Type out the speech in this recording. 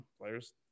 players